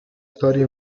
storia